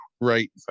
right